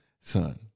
son